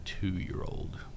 two-year-old